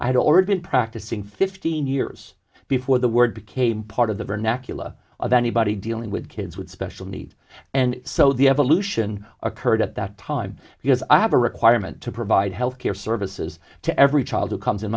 i had already been practicing fifteen years before the word became part of the vernacular of anybody dealing with kids with special needs and so the evolution occurred at that time because i have a requirement to provide health care services to every child who comes in